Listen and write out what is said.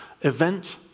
event